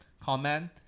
comment